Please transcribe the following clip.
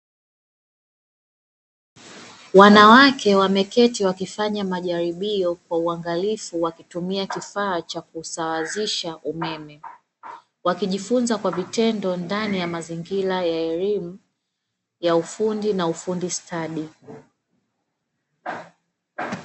Wanawake wameketi wakifanya majaribio kwa uangalifu wakitumia kifaa cha kusawazisha umeme, wakijifunza kwa vitendo ndani ya mazingira ya elimu ya ufundi na ufundi stadi.